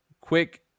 quick